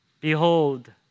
Behold